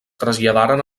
traslladaren